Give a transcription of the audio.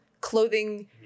clothing